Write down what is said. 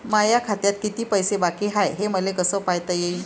माया खात्यात किती पैसे बाकी हाय, हे मले कस पायता येईन?